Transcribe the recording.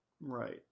right